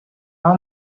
how